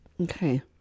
Okay